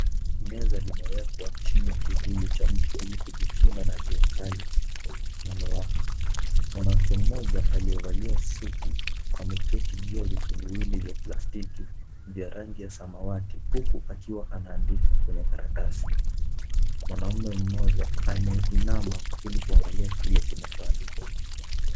Meza limewekwa chini ya kivuli cha mti ili kujikinga na jua kali linalowaka, mwanamke mmoja aliyevalia suti ameketi juu ya viti viwili vya plastiki vya rangi ya samawati huku akiwa anaandika kwenye karatasi, mwanamume mmoja ameinama ili kuangalia kile kinachoandikwa .